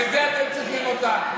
לזה אתם צריכים אותם.